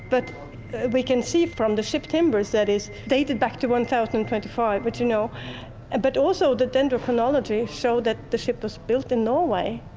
but we can see from the ship timbers that is dated back to one thousand and twenty five but you know and but also the dendrochronology show that the ship was built in norway.